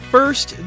First